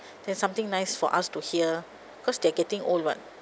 then something nice for us to hear because they are getting old [what]